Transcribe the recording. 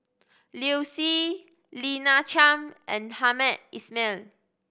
Liu Si Lina Chiam and Hamed Ismail